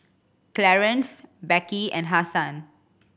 Clarance Beckie and Hasan